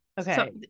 okay